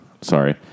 Sorry